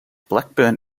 blackburn